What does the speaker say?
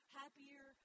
happier